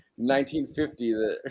1950